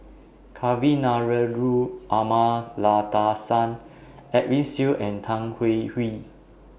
Kavignareru Amallathasan Edwin Siew and Tan Hwee Hwee